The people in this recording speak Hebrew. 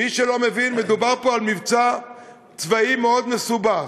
מי שלא מבין, מדובר פה על מבצע צבאי מאוד מסובך,